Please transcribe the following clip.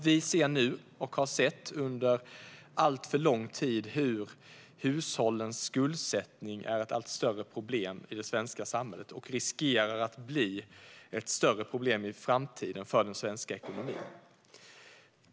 Vi ser nu, och har sett under alltför lång tid, hur hushållens skuldsättning blivit ett allt större problem i det svenska samhället och riskerar att bli ett större problem i framtiden för den svenska ekonomin.